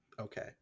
Okay